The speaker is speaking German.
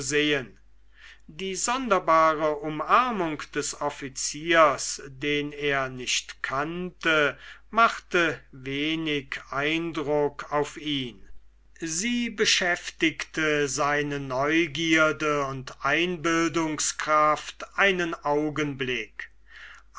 die sonderbare umarmung des offiziers den er nicht kannte machte wenig eindruck auf ihn sie beschäftigte seine neugierde und einbildungskraft einen augenblick